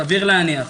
סביר להניח,